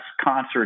concert